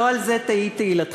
לא על זה תהי תהילתך.